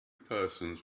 persons